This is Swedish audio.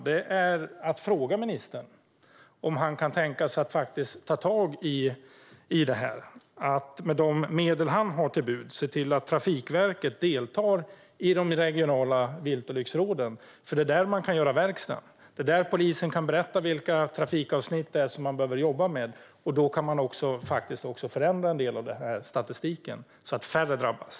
Jag skulle vilja fråga ministern om han kan tänka sig att ta tag i detta: att med de medel han har till buds se till att Trafikverket deltar i de regionala viltolycksråden. Det är nämligen där man kan göra verkstad. Det är där polisen kan berätta vilka trafikavsnitt som man behöver jobba med. Då kan man faktiskt också förändra en del av denna statistik, i och med att färre då drabbas.